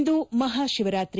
ಇಂದು Maha Shivaratri